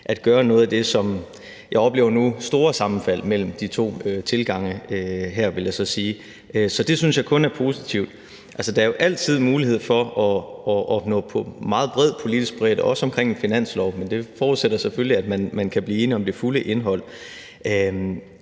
at gøre noget. Jeg oplever nu store sammenfald mellem de to tilgange her, vil jeg så sige. Så det synes jeg kun er positivt. Altså, der er jo altid mulighed for at opnå meget stor politisk bredde, også omkring en finanslov, men det forudsætter selvfølgelig, at man kan blive enige om det fulde indhold.